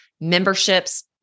memberships